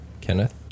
Kenneth